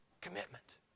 Commitment